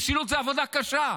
משילות זה עבודה קשה,